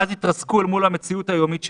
ואז יתרסקו אל מול המציאות היומית שלנו.